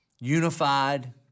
unified